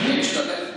אני משתדל.